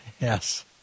Yes